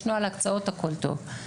יש נוהל הקצאות הכל טוב.